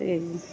ਅਤੇ